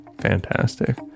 fantastic